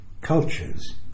cultures